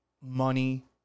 money